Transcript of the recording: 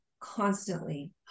constantly